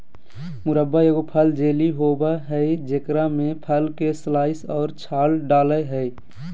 मुरब्बा एगो फल जेली होबय हइ जेकरा में फल के स्लाइस और छाल डालय हइ